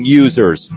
users